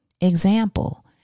Example